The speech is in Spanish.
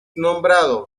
nombrado